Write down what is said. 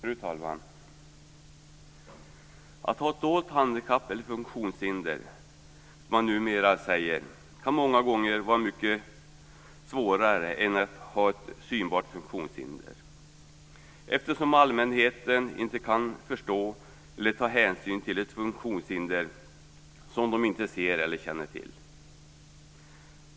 Fru talman! Att ha ett dolt handikapp - eller funktionshinder, som man numera säger - kan många gånger vara mycket svårare än att ha ett synbart funktionshinder eftersom allmänheten inte kan förstå eller ta hänsyn till ett funktionshinder som man inte ser eller känner till.